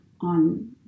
on